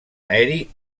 aeri